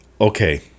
Okay